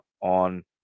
on